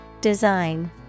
Design